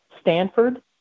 Stanford